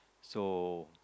so